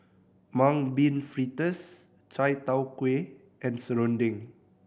Mung Bean Fritters chai tow kway and serunding